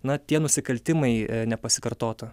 na tie nusikaltimai nepasikartotų